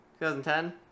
2010